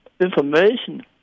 information